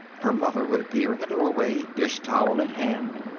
her mother would appear in the doorway, dishtowel in hand.